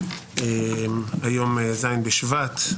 היום ז' בשבט,